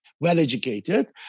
well-educated